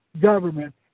government